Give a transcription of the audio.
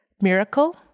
Miracle